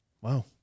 Wow